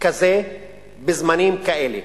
כזה בזמנים כאלה.